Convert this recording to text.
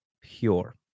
pure